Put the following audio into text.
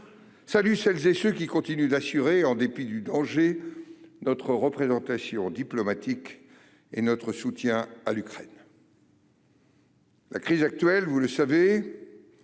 salue celles et ceux qui continuent d'assurer, en dépit du danger, notre représentation diplomatique et notre soutien à l'Ukraine. « La crise actuelle, vous le savez,